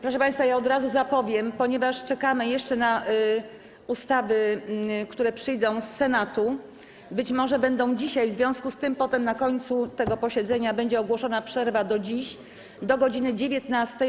Proszę państwa, od razu zapowiem: czekamy jeszcze na ustawy, które przyjdą z Senatu, być może będą dzisiaj, w związku z tym potem, na końcu tego posiedzenia, będzie ogłoszona przerwa do dziś do godz. 19.